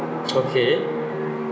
okay